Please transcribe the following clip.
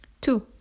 Two